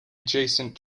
adjacent